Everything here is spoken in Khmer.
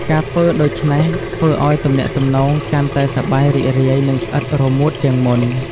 ការធ្វើដូច្នេះធ្វើឲ្យទំនាក់ទំនងកាន់តែសប្បាយរីករាយ និងស្អិតរមួតជាងមុន។